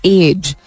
age